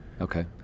okay